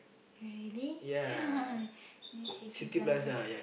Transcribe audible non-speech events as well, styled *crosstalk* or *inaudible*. really *laughs* in City-Plaza